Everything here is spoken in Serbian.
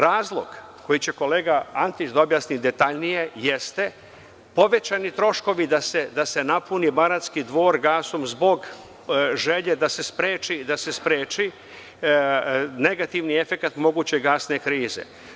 Razlog koji će kolega Antić da objasni detaljnije jeste povećani troškovi, da se napuni „Banatski dvor“ gasom, zbog želje da se spreči negativni efekat moguće gasne krize.